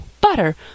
butter